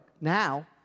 Now